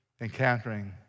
encountering